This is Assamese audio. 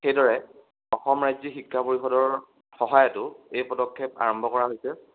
সেইদৰে অসম ৰাজ্যিক শিক্ষা পৰিষদৰ সহায়টো এই পদক্ষেপ আৰম্ভ কৰা হৈছে